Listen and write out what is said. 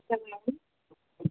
okay madam